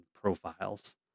profiles